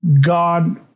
God